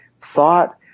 Thought